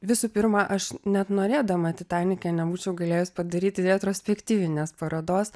visų pirma aš net norėdama titanike nebūčiau galėjus padaryti retrospektyvinės parodos